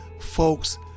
Folks